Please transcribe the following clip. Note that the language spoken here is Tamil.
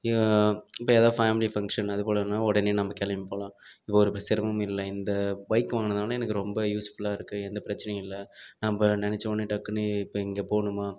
இப்போ ஏதாவது ஃபேமிலி ஃபங்க்ஷன் அதுபோலனா உடனே நம்ம கிளம்பி போகலாம் இங்கே ஒரு இப்போ சிரமமும் இல்லை இந்த பைக்கு வாங்கேனதுனால எனக்கு ரொம்ப யூஸ் ஃபுல்லாக இருக்குது எந்த பிரச்சினையும் இல்லை நம்ம நினச்சோனே டக்குனு இப்போ இங்கே போகணுமா